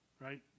right